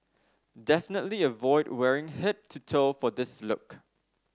definitely avoid wearing head to toe for this look